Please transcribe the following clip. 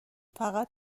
فقط